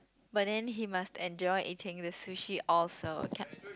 but then he must enjoy eating the sushi also can